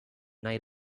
night